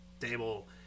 table